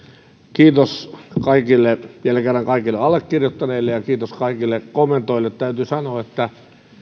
kiitos kaikille vielä kerran kaikille allekirjoittaneille ja kiitos kaikille kommentoijille täytyy sanoa